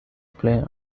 play